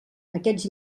aquests